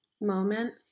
moment